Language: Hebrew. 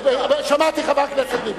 שמעתי, חבר הכנסת ביבי.